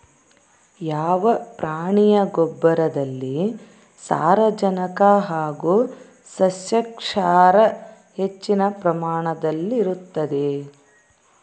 ಯಾವ ಪ್ರಾಣಿಯ ಗೊಬ್ಬರದಲ್ಲಿ ಸಾರಜನಕ ಹಾಗೂ ಸಸ್ಯಕ್ಷಾರ ಹೆಚ್ಚಿನ ಪ್ರಮಾಣದಲ್ಲಿರುತ್ತದೆ?